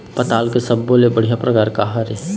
पताल के सब्बो ले बढ़िया परकार काहर ए?